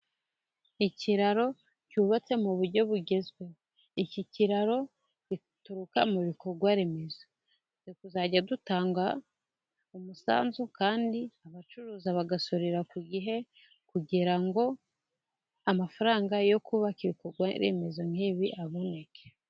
Ikiraro cyubatse mu buryo bugezweho, iki kiraro gituruka mu bikorwa remezo, dukwiye kuzajya dutanga umusanzu kandi abacuruza bagasorera ku gihe, kugira ngo amafaranga yo kubaka ibikorwa remezo nk'ibi aboneke.